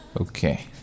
Okay